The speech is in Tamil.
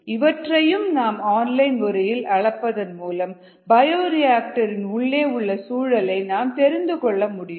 இவற்றையும் நாம் ஆன்லைன் முறையில் அளப்பதன் மூலம் பயோரிஆக்டர் இன் உள்ளே உள்ள சூழலை நாம் தெரிந்துகொள்ள முடியும்